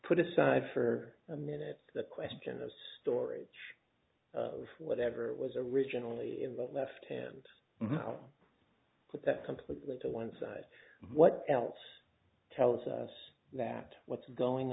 put aside for a minute the question of storage for whatever it was originally in what left hand now put that completely to one side what else tells us that what's going